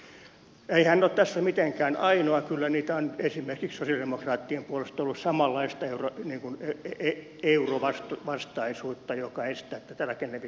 ei hän ole tässä mitenkään ainoa kyllä on esimerkiksi sosialidemokraattien puolesta ollut samanlaista eurovastaisuutta joka estää tätä rakennevikojen korjaamista